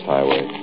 Highway